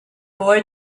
boy